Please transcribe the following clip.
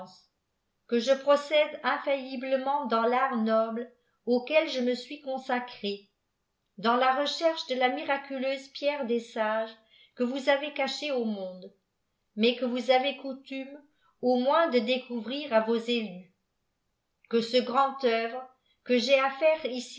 que je procède infailliblement dans l'art noble auquel je me suis consacré dans la recherche de la miraculeuse pierre des sages que vous avez jcachée au monde mais que vous avez coutume au moins de découvrir à vos élus que ce grand œuvre que j'ai à faire